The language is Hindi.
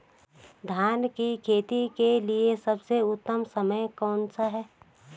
धान की खेती के लिए सबसे उत्तम समय कौनसा है?